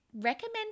recommend